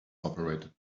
operated